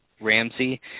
Ramsey